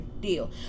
deal